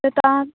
से तऽ अहाँ